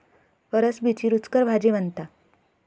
फरसबीची रूचकर भाजी बनता